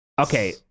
Okay